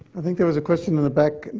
i think there was a question in the back.